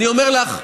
אני אומר לך,